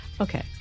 Okay